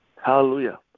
Hallelujah